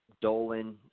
Dolan